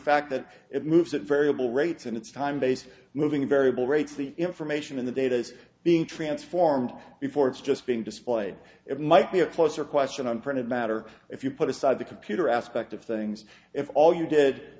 fact that it moves at variable rates and its time based moving variable rates the information in the data is being transformed before it's just being displayed it might be a closer question on printed matter if you put aside the computer aspect of things if all you did